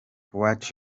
what